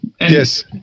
yes